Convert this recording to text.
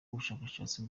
ubushakashatsi